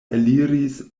eliris